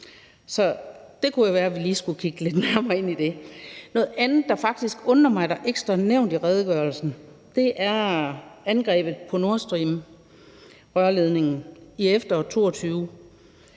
Noget andet, der faktisk undrer mig ikke står nævnt i redegørelsen, er angrebet på Nord Stream-rørledningen i efteråret